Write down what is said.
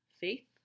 faith